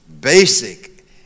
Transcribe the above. basic